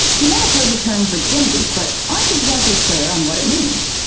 you may have heard the term virginity but aren't exactly clear on what it means.